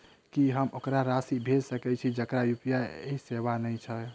की हम ओकरा राशि भेजि सकै छी जकरा यु.पी.आई सेवा नै छै?